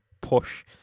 push